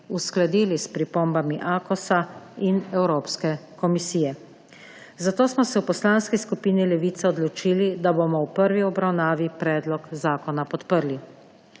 uskladili s pripombami Akosa in Evropske komisije. Zato smo se v Poslanski skupini Levica odločili, da bomo v prvi obravnavi predlog zakona podprli.